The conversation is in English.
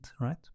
right